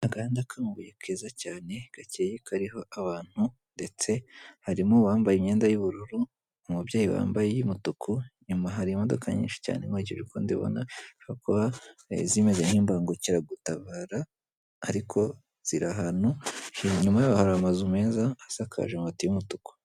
Agahanda k'amabuye keza cyane gakeye kariho abantu ndetse harimo uwabambaye imyenda y'ubururu, umubyeyi wambaye iy'umutuku, inyuma hari imodoka nyinshi cyane nkurikije uko mbibona zishobora kuba zimeze nk'imbangukiragutabara ariko ziri ahantu inyuma yaho hari amazu meza asakaje amabati y'umutuku.